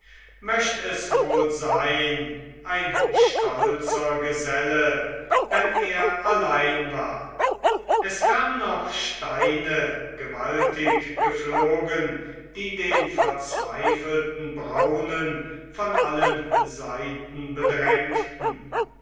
möcht es wohl sein ein stolzer geselle wenn er allein war es kamen auch steine gewaltig geflogen die den verzweifelten braunen von allen seiten bedrängten